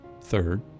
Third